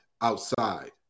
outside